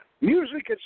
Music